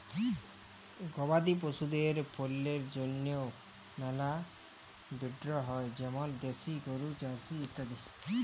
গবাদি পশুদের পল্যের জন্হে মেলা ব্রিড হ্য় যেমল দেশি গরু, জার্সি ইত্যাদি